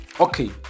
okay